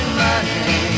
money